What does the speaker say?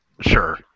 Sure